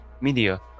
media